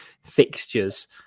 fixtures